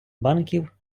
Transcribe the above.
банків